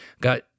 got